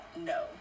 No